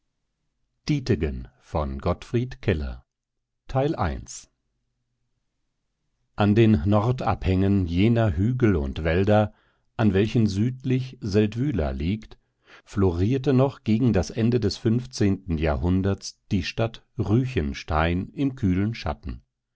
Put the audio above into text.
gottfried keller an den nordabhängen jener hügel und wälder an welchen südlich seldwyla liegt florierte noch gegen das ende des fünfzehnten jahrhunderts die stadt ruechenstein im kühlen schatten